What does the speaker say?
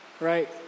right